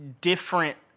different